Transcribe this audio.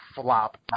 flop